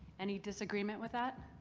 any disagreement with that?